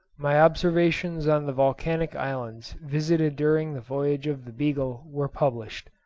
my observations on the volcanic islands visited during the voyage of the beagle were published.